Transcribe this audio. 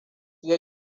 ya